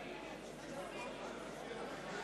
חסון,